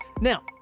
Now